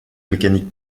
mécanique